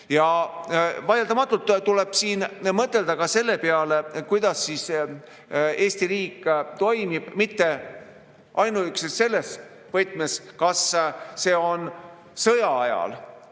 Vaieldamatult tuleb siin mõelda ka selle peale, kuidas Eesti riik toimib, mitte ainuüksi selles võtmes, kas see on sõjaajal